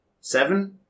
seven